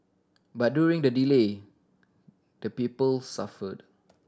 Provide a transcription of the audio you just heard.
but during the delay the people suffered